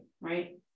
Right